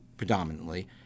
predominantly